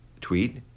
tweet